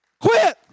Quit